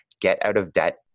get-out-of-debt